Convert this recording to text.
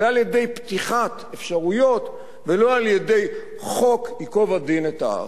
זה על-ידי פתיחת אפשרויות ולא על-ידי חוק של ייקוב הדין את ההר.